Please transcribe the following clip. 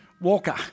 walker